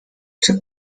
czy